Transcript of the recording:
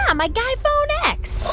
um my guy phone x